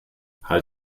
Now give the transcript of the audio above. halt